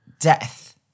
death